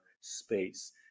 space